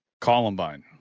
Columbine